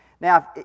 Now